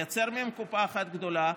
לייצר מהם קופה אחת גדולה,